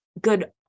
good